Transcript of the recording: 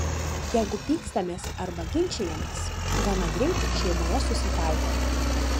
jeigu pykstamės arba ginčijamės gana greit šeimoje susitaikome